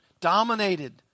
dominated